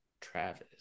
travis